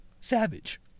Savage